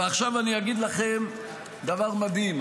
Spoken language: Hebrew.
ועכשיו אני אגיד לכם דבר מדהים,